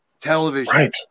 television